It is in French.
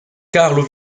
carlo